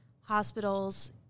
Hospitals